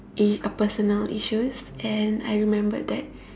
a a personal issues and I remembered that